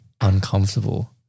uncomfortable